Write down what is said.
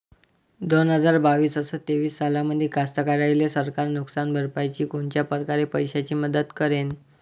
दोन हजार बावीस अस तेवीस सालामंदी कास्तकाराइले सरकार नुकसान भरपाईची कोनच्या परकारे पैशाची मदत करेन?